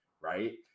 right